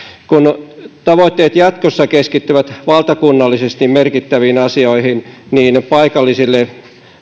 kun tavoitteet jatkossa keskittyvät valtakunnallisesti merkittäviin asioihin niin paikallisille